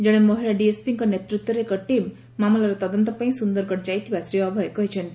କଣେ ମହିଳା ଡିଏସ୍ପିଙ୍କ ନେତୃତ୍ୱରେ ଏକ ଟିମ୍ ମାମଲାର ତଦନ୍ତ ପାଇଁ ସୁନ୍ଦରଗଡ଼ ଯାଇଥିବା ଶ୍ରୀ ଅଭୟ କହିଛନ୍ତି